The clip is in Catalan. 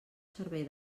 servei